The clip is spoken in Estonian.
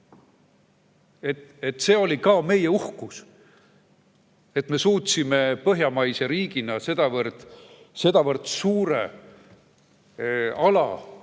See oli ka meie uhkus, et me suutsime põhjamaise riigina sedavõrd suure ala